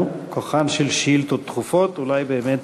נו, כוחן של שאילתות דחופות, אולי באמת